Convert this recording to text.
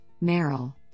Merrill